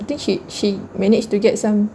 I think she she managed to get some